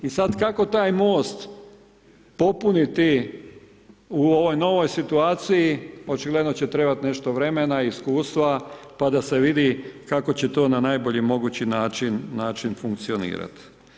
I sada kako taj most popuniti u ovoj novoj situaciji, očigledno će trebati nešto vremena i iskustva pa da se vidi kako će to na najbolji mogući način funkcionirati.